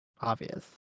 obvious